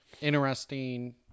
interesting